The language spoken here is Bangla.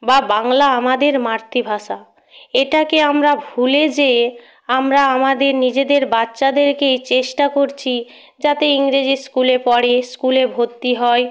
বা বাংলা আমাদের মাতৃভাষা এটাকে আমরা ভুলে যেয়ে আমরা আমাদের নিজেদের বাচ্চাদেরকে চেষ্টা করছি যাতে ইংরেজি স্কুলে পড়ে স্কুলে ভর্তি হয়